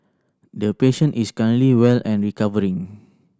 the patient is currently well and recovering